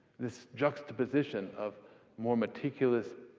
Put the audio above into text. this juxtaposition of more meticulous,